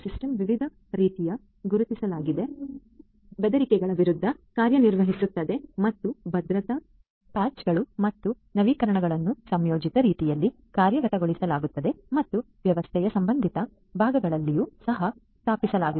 system ವಿವಿಧ ರೀತಿಯ ಗುರುತಿಸಲಾದ ಬೆದರಿಕೆಗಳ ವಿರುದ್ಧ ಕಾರ್ಯನಿರ್ವಹಿಸುತ್ತದೆ ಮತ್ತು ಭದ್ರತಾ ಪ್ಯಾಚ್ಗಳು ಮತ್ತು ನವೀಕರಣಗಳನ್ನು ಸಮಯೋಚಿತ ರೀತಿಯಲ್ಲಿ ಕಾರ್ಯಗತಗೊಳಿಸಲಾಗುತ್ತದೆ ಮತ್ತು ವ್ಯವಸ್ಥೆಯ ಸಂಬಂಧಿತ ಭಾಗಗಳಲ್ಲಿಯೂ ಸಹ ಸ್ಥಾಪಿಸಲಾಗಿದೆ